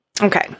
Okay